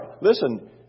Listen